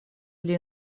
или